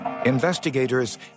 Investigators